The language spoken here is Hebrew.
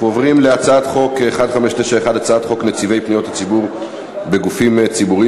אנחנו עוברים להצעת חוק נציבי פניות הציבור בגופים ציבוריים,